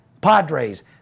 Padres